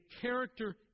character